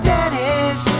Dennis